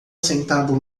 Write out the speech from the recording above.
sentado